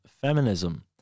feminism